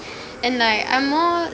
and like I'm more